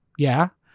yeah.